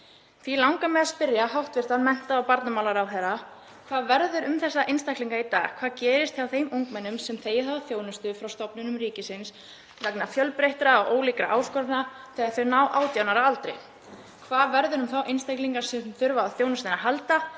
Því langar mig að spyrja hæstv. mennta- og barnamálaráðherra: Hvað verður um þessa einstaklinga í dag? Hvað gerist hjá þeim ungmennum sem þegið hafa þjónustu frá stofnunum ríkisins vegna fjölbreyttra ólíkra áskorana þegar þau ná 18 ára aldri? Hvað verður um þá einstaklinga sem þurfa á þjónustunni að halda?